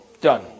Done